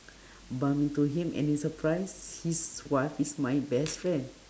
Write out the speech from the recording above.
bump into him and in surprised his wife is my best friend